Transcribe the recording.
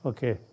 Okay